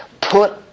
put